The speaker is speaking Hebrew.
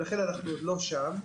לכן אנחנו עוד לא שם.